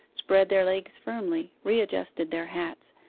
spread their legs firmly, readjusted their hats,